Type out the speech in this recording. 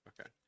Okay